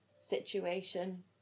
situation